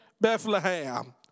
Bethlehem